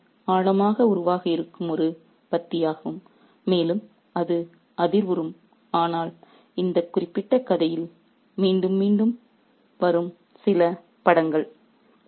எனவே இது ஆழமாக உருவகமாக இருக்கும் ஒரு பத்தியாகும் மேலும் அது அதிர்வுறும் ஆனால் இந்த குறிப்பிட்ட கதையில் மீண்டும் மீண்டும் மீண்டும் வரும் சில படங்கள்